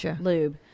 lube